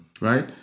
right